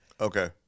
Okay